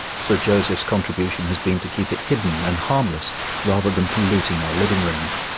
sir joseph's contribution has been to keep it hidden and harmless rather than polluting our living rooms.